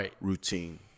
routine